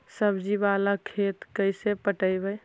सब्जी बाला खेत के कैसे पटइबै?